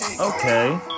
Okay